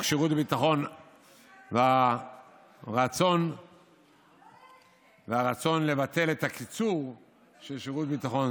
שירות ביטחון והרצון לבטל את הקיצור של שירות ביטחון,